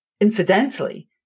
Incidentally